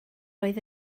oedd